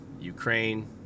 Ukraine